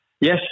Yes